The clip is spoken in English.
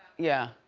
yeah.